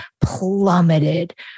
plummeted